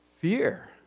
Fear